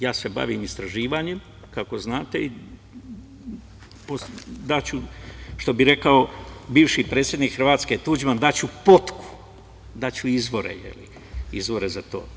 Ja se bavim istraživanjem, kako znate, i što bi rekao bivši predsednik Hrvatske Tuđman, daću potku, daću izvore za to.